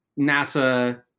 NASA